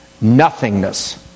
nothingness